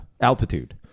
Altitude